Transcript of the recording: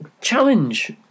challenge